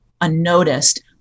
unnoticed